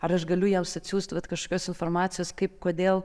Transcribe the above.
ar aš galiu jiems atsiųst vat kažkokios informacijos kaip kodėl